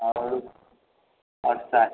और और साहिक